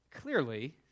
clearly